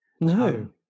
No